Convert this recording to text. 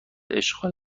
اشغال